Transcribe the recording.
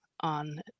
on